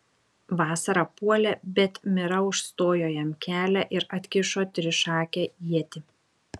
vasara puolė bet mira užstojo jam kelią ir atkišo trišakę ietį